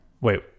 Wait